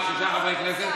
אני מצטט,